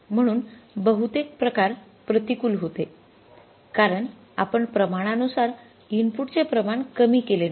म्हणून बहुतेक प्रकार प्रतिकूल होते कारण आपण प्रमाणानुसार इनपुटचे प्रमाण कमी केले नाही